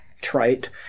trite